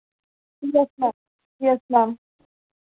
yes ma'am yes ma'am